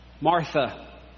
Martha